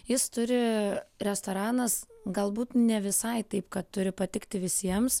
jis turi restoranas galbūt ne visai taip kad turi patikti visiems